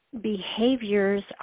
behaviors